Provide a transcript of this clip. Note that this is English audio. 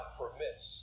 permits